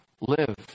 live